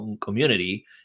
community